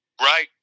right